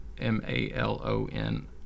M-A-L-O-N